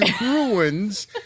ruins